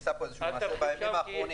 נעשה פה איזשהו מעשה בימים האחרונים.